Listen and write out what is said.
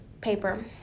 paper